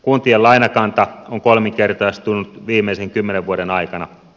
kuntien lainakanta on kolminkertaistunut viimeisten kymmenen vuoden aikana